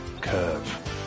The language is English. curve